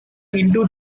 into